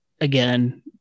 Again